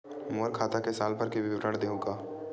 मोर खाता के साल भर के विवरण देहू का?